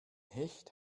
hecht